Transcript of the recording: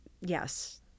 Yes